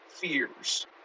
fears